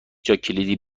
جاکلیدی